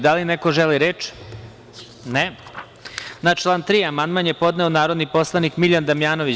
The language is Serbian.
Da li neko želi reč? (Ne.) Na član 3. amandman je podneo narodni poslanik Miljan Damjanović.